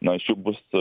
na iš jų bus